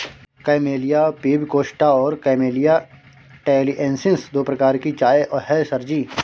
camellia pubicosta और camellia taliensis दो प्रकार की चाय है सर जी